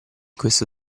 questo